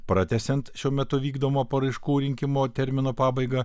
pratęsiant šiuo metu vykdomo paraiškų rinkimo termino pabaigą